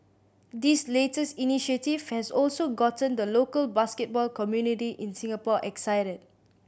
this latest initiative has also gotten the local basketball community in Singapore excited